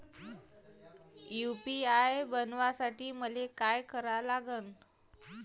UPI बनवासाठी मले काय करा लागन?